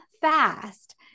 fast